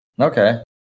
Okay